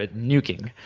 ah nuking,